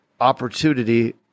opportunity